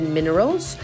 Minerals